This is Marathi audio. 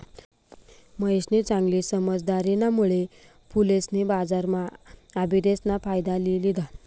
महेशनी चांगली समझदारीना मुळे फुलेसनी बजारम्हा आबिदेस ना फायदा लि लिदा